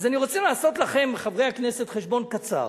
אז אני רוצה לעשות לכם, חברי הכנסת, חשבון קצר,